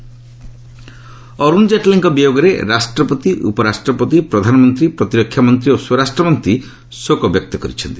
କଣ୍ଡୋଲେନ୍ନ ଅରୁଣ ଜେଟ୍ଲୀଙ୍କ ବିୟୋଗରେ ରାଷ୍ଟ୍ରପତି ଉପରାଷ୍ଟ୍ରପତି ପ୍ରଧାନମନ୍ତ୍ରୀ ପ୍ରତିରକ୍ଷାମନ୍ତ୍ରୀ ଓ ସ୍ୱରାଷ୍ଟ୍ରମନ୍ତ୍ରୀ ଶୋକ ବ୍ୟକ୍ତ କରିଛନ୍ତି